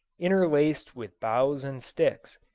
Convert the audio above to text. interlaced with boughs and sticks,